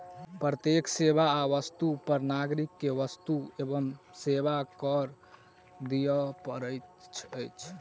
प्रत्येक सेवा आ वस्तु पर नागरिक के वस्तु एवं सेवा कर दिअ पड़ैत अछि